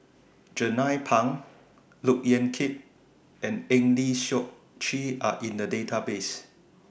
Jernnine Pang Look Yan Kit and Eng Lee Seok Chee Are in The Database